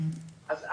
אז אנא,